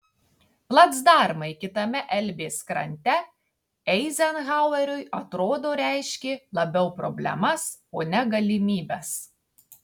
placdarmai kitame elbės krante eizenhaueriui atrodo reiškė labiau problemas o ne galimybes